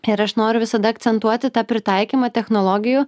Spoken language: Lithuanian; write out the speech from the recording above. ir aš noriu visada akcentuoti tą pritaikymą technologijų